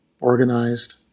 organized